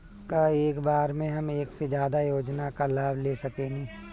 का एक बार में हम एक से ज्यादा योजना का लाभ ले सकेनी?